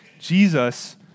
Jesus